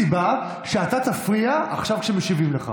אין שום סיבה שאתה תפריע עכשיו כשמשיבים לך.